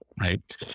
right